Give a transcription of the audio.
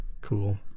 cool